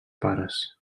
pares